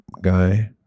Guy